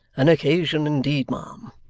an occasion indeed, ma'am,